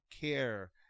care